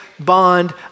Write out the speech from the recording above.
bond